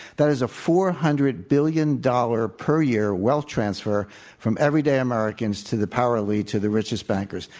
that is a four hundred billion dollars per year wealth transfer from everyday americans to the power elite to the richest bankers.